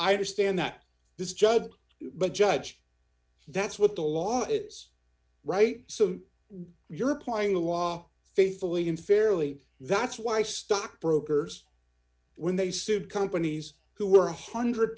i understand that this judge but judge that's what the law is right so you're applying the law faithfully unfairly that's why stockbrokers when they sued companies who were a one hundred